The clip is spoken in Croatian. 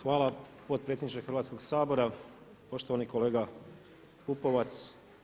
Hvala potpredsjedniče Hrvatskog sabora, poštovani kolega Pupovac.